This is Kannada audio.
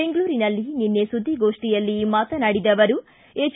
ಬೆಂಗಳೂರಿನಲ್ಲಿ ನಿನ್ನೆ ಸುದ್ದಿಗೋಷ್ಠಿಯಲ್ಲಿ ಮಾತನಾಡಿದ ಅವರು ಎಚ್